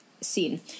Scene